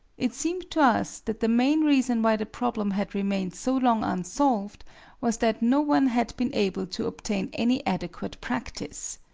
it seemed to us that the main reason why the problem had remained so long unsolved was that no one had been able to obtain any adequate practice.